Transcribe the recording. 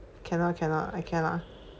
cannot cannot I cannot